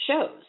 shows